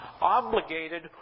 obligated